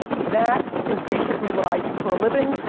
that is basically what i do for a living,